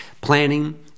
Planning